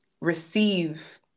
receive